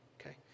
Okay